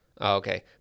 Okay